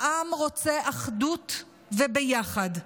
העם רוצה אחדות וביחד,